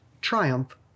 triumph